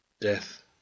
Death